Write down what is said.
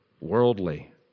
worldly